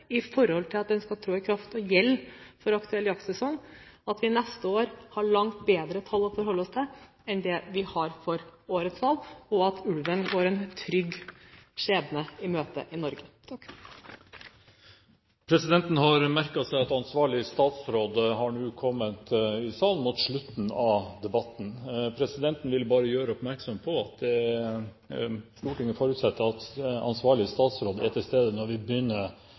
at endringen skal tre i kraft og gjelde for aktuell jaktsesong, at vi neste år har langt bedre tall å forholde oss til enn årets tall, og at ulven går en trygg framtid i møte i Norge. Presidenten har merket seg at ansvarlig statsråd har kommet til salen nå mot slutten av debatten. Presidenten vil bare gjøre oppmerksom på at Stortinget forutsetter at ansvarlig statsråd er til stede når vi begynner